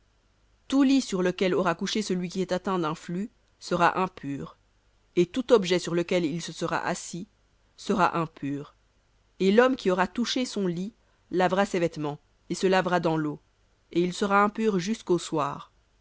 tout lit sur lequel aura couché celui qui est atteint d'un flux sera impur et tout objet sur lequel il se sera assis sera impur et l'homme qui aura touché son lit lavera ses vêtements et se lavera dans l'eau et il sera impur jusqu'au soir